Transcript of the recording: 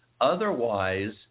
Otherwise